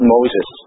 Moses